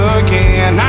again